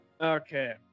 okay